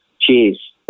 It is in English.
Cheers